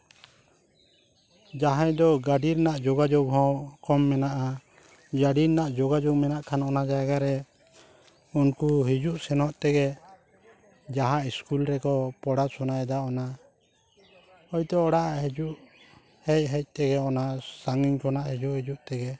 ᱡᱟᱦᱟᱸᱭ ᱫᱚ ᱜᱟᱹᱰᱤ ᱨᱮᱱᱟᱜ ᱡᱳᱜᱟᱡᱳᱜᱽ ᱦᱚᱸ ᱠᱚᱢ ᱢᱮᱱᱟᱜᱼᱟ ᱜᱟᱹᱰᱤ ᱨᱮᱱᱟᱜ ᱡᱳᱜᱟᱡᱳᱜᱽ ᱢᱮᱱᱟᱜ ᱠᱷᱟᱱ ᱚᱱᱟ ᱡᱟᱭᱜᱟ ᱨᱮ ᱩᱱᱠᱩ ᱦᱤᱡᱩᱜ ᱥᱮᱱᱚᱜ ᱛᱮᱜᱮ ᱡᱟᱦᱟᱸ ᱤᱥᱠᱩᱞ ᱨᱮᱠᱚ ᱯᱚᱲᱟᱥᱩᱱᱟᱭᱫᱟ ᱚᱱᱟ ᱦᱳᱭᱛᱳ ᱚᱲᱟᱜ ᱦᱤᱡᱩᱜ ᱦᱮᱡ ᱦᱮᱡ ᱛᱮᱜᱮ ᱚᱱᱟ ᱥᱟᱺᱜᱤᱧ ᱠᱷᱚᱱᱟᱜ ᱦᱤᱡᱩᱜ ᱦᱤᱡᱩᱜ ᱛᱮᱜᱮ